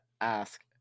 ask